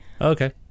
okay